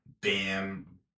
BAM